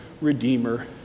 Redeemer